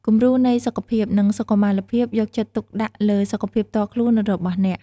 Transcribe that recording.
គំរូនៃសុខភាព និងសុខុមាលភាពយកចិត្តទុកដាក់លើសុខភាពផ្ទាល់ខ្លួនរបស់អ្នក។